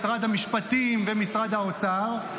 משרד המשפטים ומשרד האוצר,